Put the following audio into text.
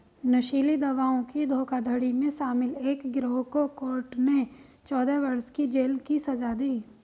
नशीली दवाओं की धोखाधड़ी में शामिल एक गिरोह को कोर्ट ने चौदह वर्ष की जेल की सज़ा दी